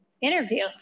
interview